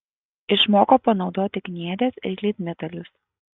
išmoko panaudoti kniedes ir lydmetalius